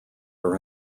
are